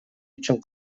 үчүн